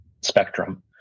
spectrum